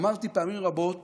אמרתי פעמים רבות